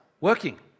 working